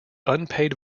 unpaid